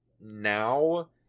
now